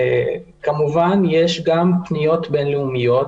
כמובן יש גם פניות בין-לאומיות.